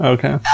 Okay